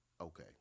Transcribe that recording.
Okay